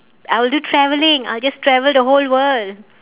I will do traveling I will just travel the whole world